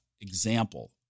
example